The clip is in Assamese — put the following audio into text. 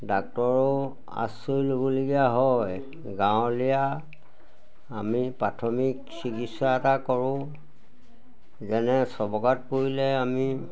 ডাক্তৰৰো আশ্ৰয় ল'বলগীয়া হয় গাঁৱলীয়া আমি প্ৰাথমিক চিকিৎসা এটা কৰোঁ যেনে চবকাত পৰিলে আমি